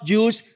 use